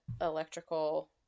electrical